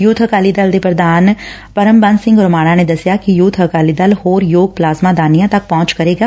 ਯੁਬ ਅਕਾਲੀ ਦਲ ਦੇ ਪ੍ਰਧਾਨ ਪਰਮਬੰਸ ਸਿੰਘ ਰੋਮਾਣਾ ਨੇ ਦਸਿਆ ਕਿ ਯੁਬ ਅਕਾਲੀ ਦਲ ਹੋਰ ਯੋਗ ਪਲਾਜ਼ਮਾ ਦਾਨੀਆ ਤੱਕ ਪਹੁੰਚ ਕਰੇਗਾ